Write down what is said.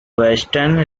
washington